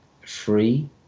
free